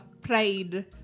pride